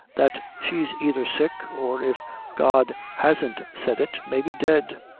that she's either sick, or if god hasn't said it, maybe dead.